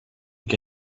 che